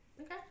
Okay